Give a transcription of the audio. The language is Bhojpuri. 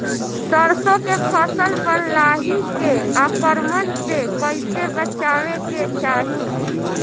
सरसो के फसल पर लाही के आक्रमण से कईसे बचावे के चाही?